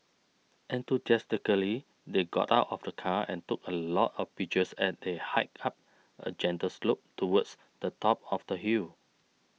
enthusiastically they got out of the car and took a lot of pictures as they hiked up a gentle slope towards the top of the hill